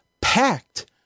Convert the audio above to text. packed